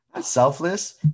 Selfless